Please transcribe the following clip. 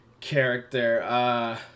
character